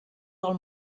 del